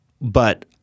But-